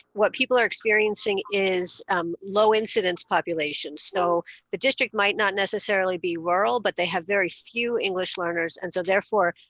what people are experiencing is low incidence population. so the district might not necessarily be rural, but they have very few english learners, and so therefore,